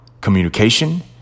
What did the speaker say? communication